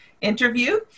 interview